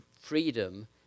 freedom